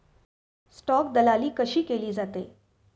Stock दलाली कशी केली जाते?